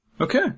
Okay